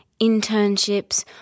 internships